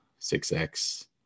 6X